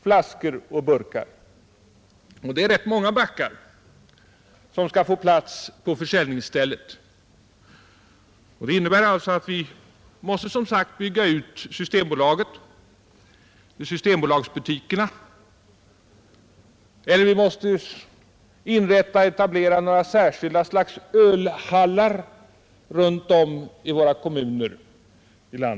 Det är ganska många backar som skall få plats på försäljningsstället. Det innebär som sagt att vi måste bygga ut systembolagsbutikerna eller etablera särskilda ölhallar runt om i landets kommuner.